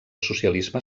socialisme